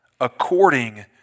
according